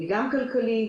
גם במישור הכלכלי,